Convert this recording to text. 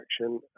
action